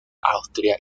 austria